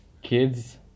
kids